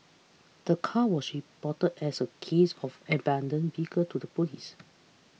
the car was reported as a case of abandoned vehicle to the police